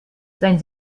sein